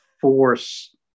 force